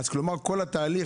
כל התהליך,